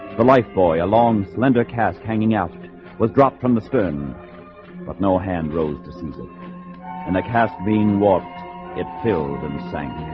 the life boy a long slender cask hanging out was dropped from the stern but no hand rose decision in a cast being warped it filled and sang